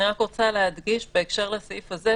אני מדגישה בהקשר לסעיף הזה,